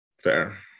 Fair